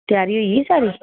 त्यारी होई गेई सारी